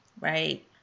right